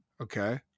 Okay